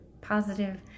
positive